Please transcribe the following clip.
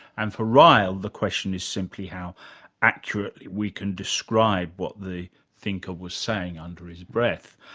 and for ryle the question is simply how accurately we can describe what the thinker was saying under his breath.